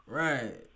right